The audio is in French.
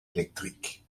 électriques